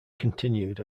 continued